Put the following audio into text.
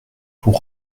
pour